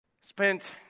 Spent